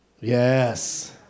Yes